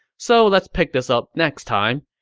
so let's pick this up next time.